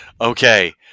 Okay